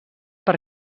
per